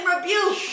rebuke